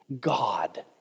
God